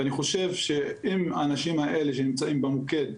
ואני חושב שאם האנשים האלה שנמצאים במוקד,